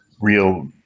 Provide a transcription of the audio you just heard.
real